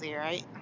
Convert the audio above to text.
right